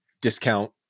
discount